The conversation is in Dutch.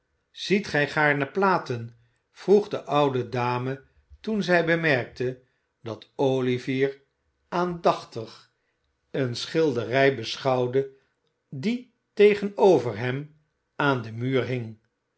ziet gij gaarne platen vroeg de oude dame toen zij bemerkte dat olivier aandachtig eene schilderij beschouwde die tegenover hem aan den muur hing